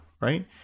right